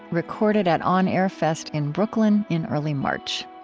recorded at on air fest in brooklyn in early march.